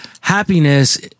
happiness